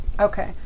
Okay